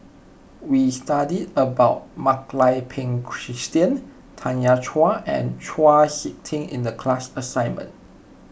we studied about Mak Lai Peng Christine Tanya Chua and Chau Sik Ting in the class assignment